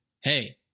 hey